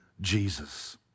Jesus